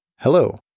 Hello